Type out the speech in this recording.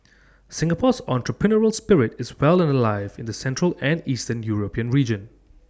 Singapore's entrepreneurial spirit is well and alive in the central and eastern european region